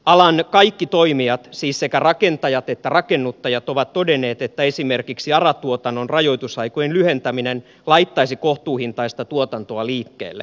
alan kaikki toimijat siis sekä rakentajat että rakennuttajat ovat todenneet että esimerkiksi ara tuotannon rajoitusaikojen lyhentäminen laittaisi kohtuuhintaista tuotantoa liikkeelle